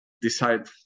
decide